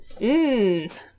Mmm